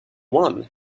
one